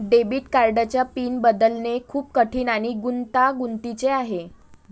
debit कार्डचा pin बदलणे खूप कठीण आणि गुंतागुंतीचे आहे